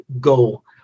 goal